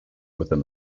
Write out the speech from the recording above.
within